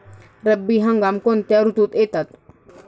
रब्बी हंगाम कोणत्या ऋतूत येतात?